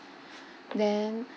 then